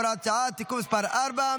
הוראת שעה) (תיקון מס' 4),